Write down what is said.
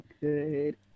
good